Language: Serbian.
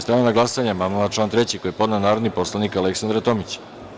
Stavljam na glasanje amandman na član 3. koji je podnela narodni poslanik Aleksandra Tomić.